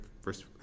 first